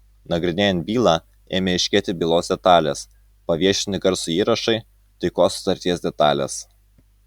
nagrinėjant bylą ėmė aiškėti bylos detalės paviešinti garso įrašai taikos sutarties detalės